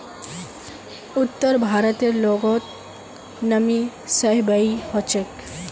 उत्तर भारतेर लोगक त नमी सहबइ ह छेक